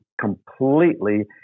completely